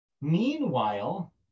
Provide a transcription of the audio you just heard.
Meanwhile